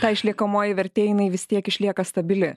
ta išliekamoji vertė jinai vis tiek išlieka stabili